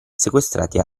sequestrati